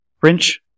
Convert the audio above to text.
French